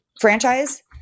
franchise